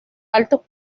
altos